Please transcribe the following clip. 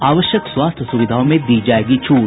आवश्यक स्वास्थ्य सुविधाओं में दी जायेगी छूट